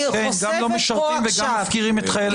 גם לא משרתים וגם מפקירים את חיילי צה"ל.